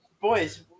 boys